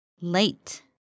late